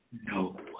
no